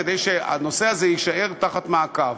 כדי שהנושא הזה יישאר תחת מעקב.